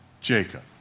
Jacob